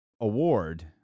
award